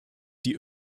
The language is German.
die